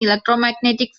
electromagnetic